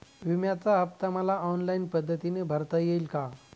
विम्याचा हफ्ता मला ऑनलाईन पद्धतीने भरता येईल का?